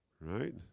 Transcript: right